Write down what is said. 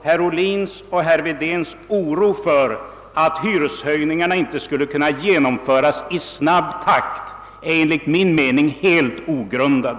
Herr Ohlins och herr Wedéns oro för att hyreshöjningarna icke skulle kunna genomföras i snabb takt är alltså enligt min mening helt ogrundad.